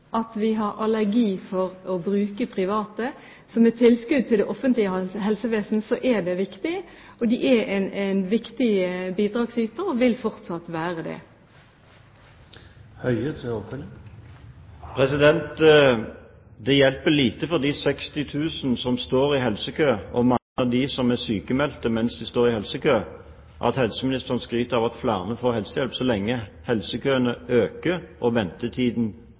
at vi har allergi mot å bruke private. Som et tilskudd til det offentlige helsevesen er det viktig. Det er en viktig bidragsyter og vil fortsatt være det. Det hjelper lite for de 60 000 som står i helsekø, og mange av dem som er sykmeldte mens de står i helsekø, at helseministeren skryter av at flere får helsehjelp, så lenge helsekøene øker og ventetiden